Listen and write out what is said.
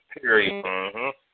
period